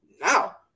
now